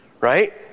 right